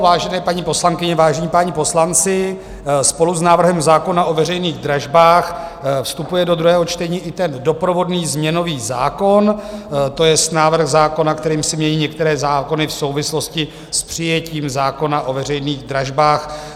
Vážené paní poslankyně, vážení páni poslanci, spolu s návrhem zákona o veřejných dražbách vstupuje do druhého čtení i doprovodný změnový zákon, to jest návrh zákona, kterým se mění některé zákony v souvislosti s přijetím zákona o veřejných dražbách.